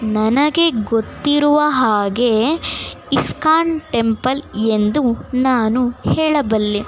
ನನಗೆ ಗೊತ್ತಿರುವ ಹಾಗೆ ಇಸ್ಕಾನ್ ಟೆಂಪಲ್ ಎಂದು ನಾನು ಹೇಳಬಲ್ಲೆ